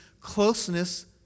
closeness